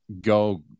go